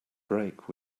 break